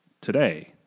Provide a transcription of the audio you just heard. today